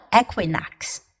equinox